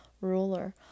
ruler